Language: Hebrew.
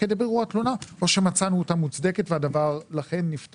כדי בירור התלונה או שמצאנו אותה מוצדקת ולכן הדבר נפתר.